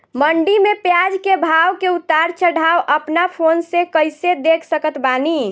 मंडी मे प्याज के भाव के उतार चढ़ाव अपना फोन से कइसे देख सकत बानी?